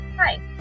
Hi